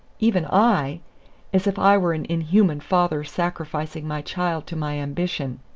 even i as if i were an inhuman father sacrificing my child to my ambition.